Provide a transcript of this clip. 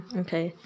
okay